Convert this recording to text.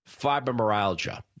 Fibromyalgia